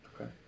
okay